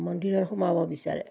মন্দিৰত সোমাব বিচাৰে